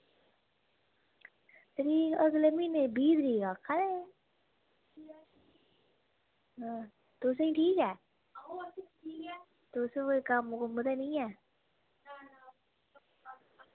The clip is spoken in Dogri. तरीक अगले म्हीने दी बीह् तरीक आक्खा दे हे हां तुसेंगी ठीक ऐ तुसें कोई कम्म कुम्म ते नी ऐ